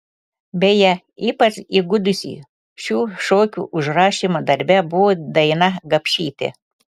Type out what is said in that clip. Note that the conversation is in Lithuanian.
beje ypač įgudusi šių šokių užrašymo darbe buvo daina gapšytė